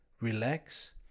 relax